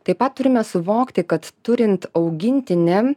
taip pat turime suvokti kad turint augintinį